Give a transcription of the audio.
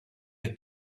the